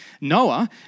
Noah